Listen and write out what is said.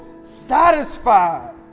satisfied